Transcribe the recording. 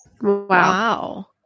Wow